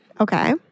Okay